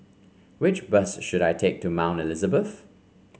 which bus should I take to Mount Elizabeth